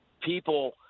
people